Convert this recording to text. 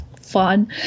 fun